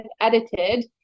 edited